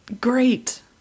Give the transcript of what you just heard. Great